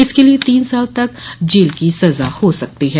इसके लिये तीन साल तक जेल की सजा हो सकती है